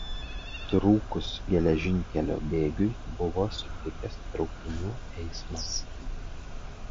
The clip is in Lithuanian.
trūkus geležinkelio bėgiui buvo sutrikęs traukinių eismas